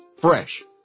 Fresh